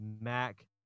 Mac